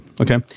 Okay